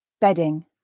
bedding